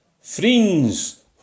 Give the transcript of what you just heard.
Friends